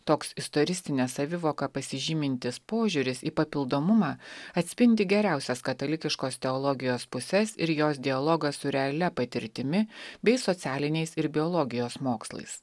toks istoristine savivoka pasižymintis požiūris į papildomumą atspindi geriausias katalikiškos teologijos puses ir jos dialogą su realia patirtimi bei socialiniais ir biologijos mokslais